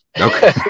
Okay